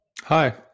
Hi